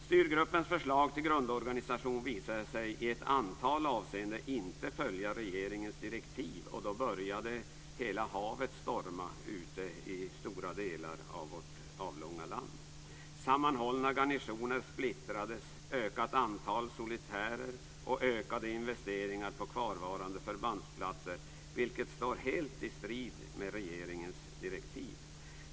Styrgruppens förslag till grundorganisation visade sig i ett antal avseenden inte följa regeringens direktiv, och då började hela havet storma ute i stora delar av vårt avlånga land. Sammanhållna garnisoner splittrades, ökat antal solitärer och ökade investeringar på kvarvarande förbandsplatser, vilket står helt i strid med regeringens direktiv.